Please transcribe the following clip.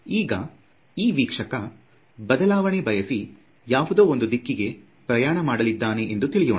ಈಗ ಈ ವೀಕ್ಷಕ ಬದಲಾವಣೆ ಬಯಸಿ ಯಾವುದೋ ಒಂದು ದಿಕ್ಕಿಗೆ ಪ್ರಯಾಣ ಮಾಡಲಿದ್ದಾನೆ ಎಂದು ತಿಳಿಯೋಣ